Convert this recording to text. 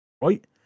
Right